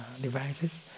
devices